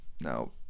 No